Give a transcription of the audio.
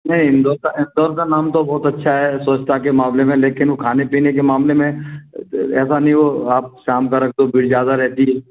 नहीं डोसा डोसा नाम तो बहुत अच्छा है स्वच्छता के मामले लेकिन वह खाने पीने के मामले में ऐसा नहीं हो आप शाम का रख दो भीड़ ज़्यादा रहती है